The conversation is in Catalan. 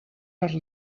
per